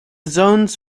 zones